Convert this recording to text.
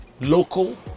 local